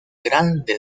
grande